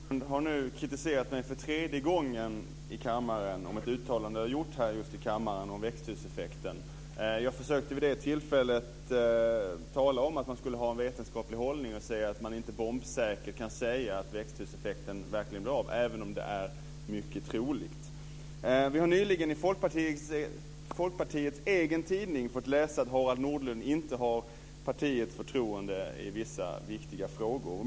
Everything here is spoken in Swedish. Fru talman! Harald Nordlund har nu kritiserat mig för tredje gången i kammaren för ett uttalande jag gjort just här i kammaren om växthuseffekten. Jag försökte vid det tillfället tala om att man skulle ha en vetenskaplig hållning och säga att man inte bombsäkert kan veta att växthuseffekten verkligen äger rum, även om det är mycket troligt. Vi har nyligen i Folkpartiets egen tidning fått läsa att Harald Nordlund inte har partiets förtroende i vissa viktiga frågor.